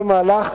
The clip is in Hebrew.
אני מניח שבמהלך